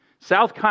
South